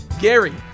Gary